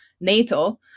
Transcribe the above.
NATO